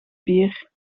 bier